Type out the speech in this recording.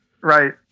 right